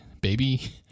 baby